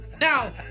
Now